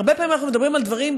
הרבה פעמים אנחנו מדברים על דברים,